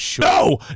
No